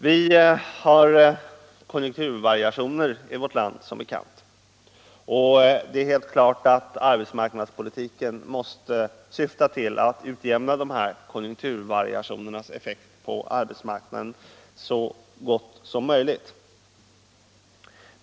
Vi har som bekant konjunkturvariationer i vårt land, och det är helt klart att arbetsmarknadspolitiken måste syfta till att utjämna konjunkturvariationernas effekt på arbetsmarknaden så långt som möjligt.